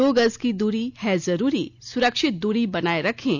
दो गज की दूरी है जरूरी सुरक्षित दूरी बनाए रखें